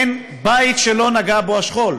אין בית שלא נגע בו השכול,